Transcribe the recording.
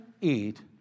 eat